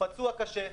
פצוע קשה.